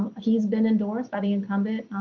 he's been endorsed by the incumbent,